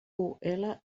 integrat